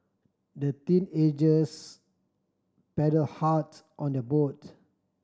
the teenagers paddle hard on their boat